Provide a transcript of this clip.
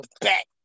back